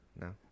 No